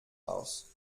aus